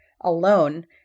alone